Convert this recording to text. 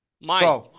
Mike